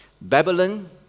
Babylon